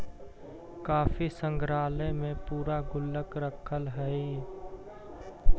काफी संग्रहालय में पूराना गुल्लक रखल हइ